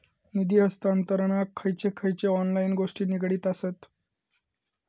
निधी हस्तांतरणाक खयचे खयचे ऑनलाइन गोष्टी निगडीत आसत?